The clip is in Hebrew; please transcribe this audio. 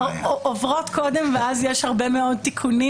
עוברות קודם ואז יש הרבה מאוד תיקונים